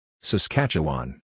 Saskatchewan